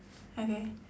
okay